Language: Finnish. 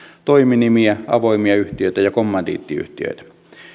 toiminimiä avoimia yhtiöitä ja kommandiittiyhtiöitä